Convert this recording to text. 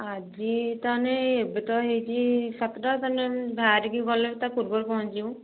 ଆଜି ତା'ହେଲେ ଏବେ ତ ହେଇଛି ସାତଟା ତା'ହେଲେ ବାହରିକି ଗଲେ ତା ପୂର୍ବରୁ ପହଞ୍ଚିଯିବୁ